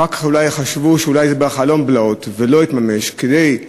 אולי חשבו שזה רק חלום בלהות שלא יתממש, קרי,